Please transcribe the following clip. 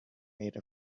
made